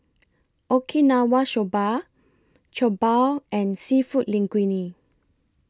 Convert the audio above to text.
Okinawa Soba Jokbal and Seafood Linguine